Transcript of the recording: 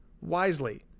wisely